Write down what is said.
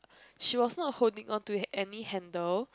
she was not holding onto any handle